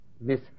Miss